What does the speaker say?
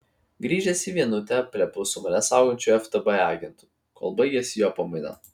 grįžęs į vienutę plepu su mane saugančiu ftb agentu kol baigiasi jo pamaina